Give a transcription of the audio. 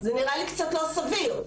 זה נראה לי קצת לא סביר.